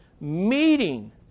Meeting